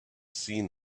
seen